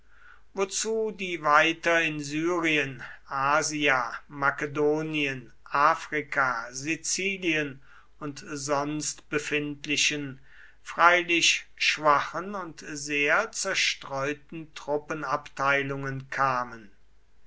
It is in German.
wozu die weiter in syrien asia makedonien afrika sizilien und sonst befindlichen freilich schwachen und sehr zerstreuten truppenabteilungen kamen